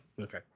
Okay